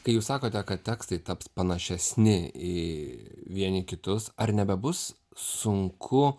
tai jūs sakote kad tekstai taps panašesni į vieni kitus ar nebebus sunku